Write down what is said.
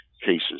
cases